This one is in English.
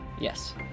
Yes